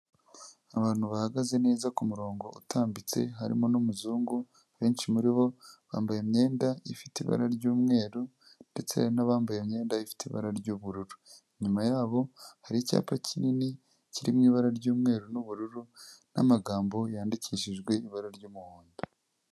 Abantu bahagaze neza ku murongo utambitse harimo n'umuzungu, benshi muri bo bambaye imyenda ifite ibara ry'umweru ndetse hari n'abambaye imyenda ifite ibara ry'ubururu, inyuma yabo hari icyapa kinini kiri mu ibara ry'umweru n'ubururu , n'amagambo yandikishijwe ibara ry'umuhondo.